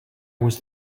was